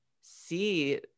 see